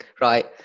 Right